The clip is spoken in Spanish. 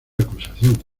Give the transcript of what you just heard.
acusación